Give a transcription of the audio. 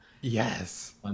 Yes